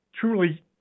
truly